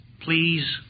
please